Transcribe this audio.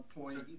point